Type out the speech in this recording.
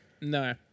No